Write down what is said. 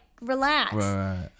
Relax